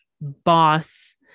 boss